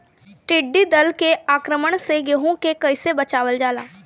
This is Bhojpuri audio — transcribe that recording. टिडी दल के आक्रमण से गेहूँ के कइसे बचावल जाला?